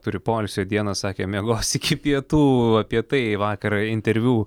turi poilsio dieną sakė miegos iki pietų apie tai vakar interviu